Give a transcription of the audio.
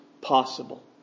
possible